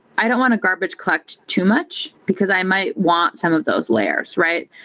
i don't want to garbage collect too much, because i might want some of those layers, right?